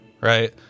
Right